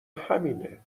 همینه